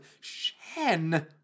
Shen